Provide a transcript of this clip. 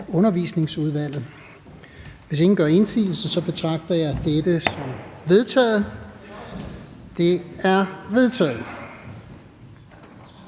til Færøudvalget. Hvis ingen gør indsigelse, betragter jeg dette som vedtaget. Det er vedtaget.